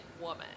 woman